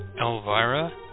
Elvira